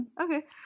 Okay